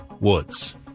Woods